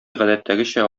гадәттәгечә